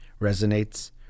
resonates